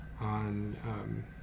on